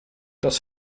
das